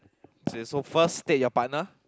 say so first state your partner